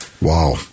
Wow